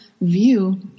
view